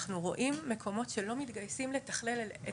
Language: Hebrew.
אנחנו רואים מקומות שלא מתגייסים לתכלל את